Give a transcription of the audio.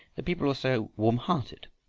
the people were so warm-hearted,